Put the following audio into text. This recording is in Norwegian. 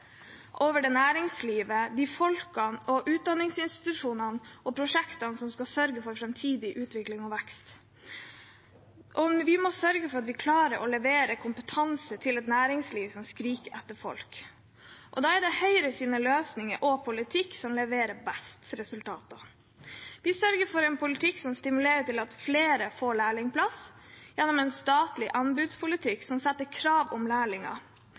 over det næringslivet, de folkene, utdanningsinstitusjonene og prosjektene som skal sørge for framtidig utvikling og vekst. Vi må sørge for at vi klarer å levere kompetanse til et næringsliv som skriker etter folk. Da er det Høyres løsninger og politikk som leverer best resultater. Vi sørger for en politikk som stimulerer til at flere får lærlingplass, gjennom en statlig anbudspolitikk som setter krav om